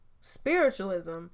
spiritualism